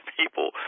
people